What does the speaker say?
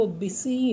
busy